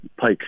pike